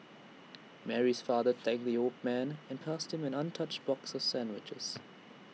Mary's father thanked the old man and passed him an untouched box sandwiches